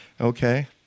Okay